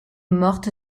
morte